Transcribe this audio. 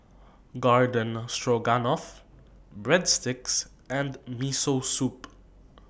Garden Stroganoff Breadsticks and Miso Soup